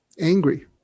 angry